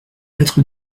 être